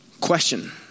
Question